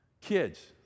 Kids